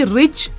rich